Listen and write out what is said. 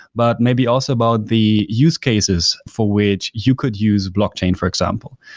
but maybe also about the use cases for which you could use blockchain, for example.